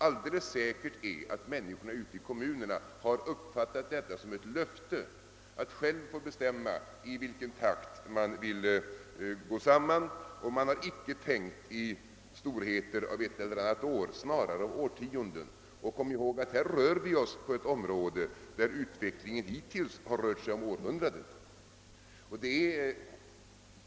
Alldeles säkert är att människorna ute i kommunerna har uppfattat detta som ett löfte att själva få bestämma i vilken takt man ville gå samman, och man har icke tänkt i storheter om ett eller annat år, utan snarare i årtionden. Kom ihåg, att här rör vi oss på ett område, där utvecklingen hittills har spänt över århundraden.